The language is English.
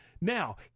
Now